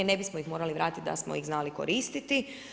Ne bismo ih morali vratiti da smo ih znali koristiti.